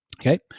Okay